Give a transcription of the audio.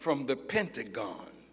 from the pentagon